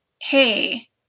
hey